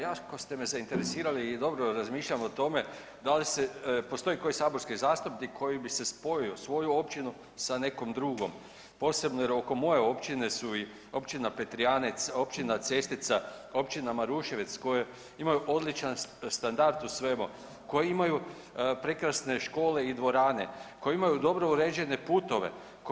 Jako ste me zainteresirali i dobro razmišljam o tome postoji li koji saborski zastupnik koji spojio svoju općinu sa nekom drugom, posebno jer oko moje općine su Općina Petrijanec, Općina Cestica, Općina Maruševec koje imaju odličan standard u svemu, koje imaju prekrasne škole i dvorane, koje imaju dobro uređene putove.